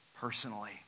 personally